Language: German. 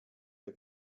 der